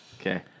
Okay